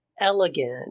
elegant